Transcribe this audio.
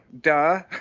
duh